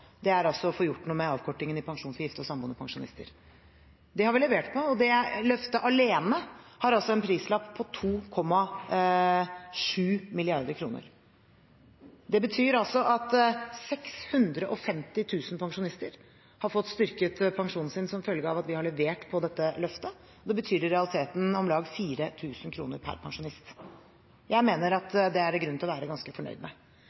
er å få gjort noe med avkortingen i pensjon for gifte og samboende pensjonister. Det har vi levert på, og det løftet alene har en prislapp på 2,7 mrd. kr. 650 000 pensjonister har fått styrket pensjonen sin som følge av at vi har levert på dette løftet. Det betyr i realiteten om lag 4 000 kr per pensjonist. Jeg mener at det er det grunn til å være ganske fornøyd med.